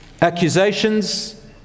Accusations